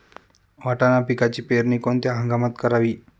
वाटाणा पिकाची पेरणी कोणत्या हंगामात करावी?